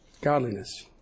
Godliness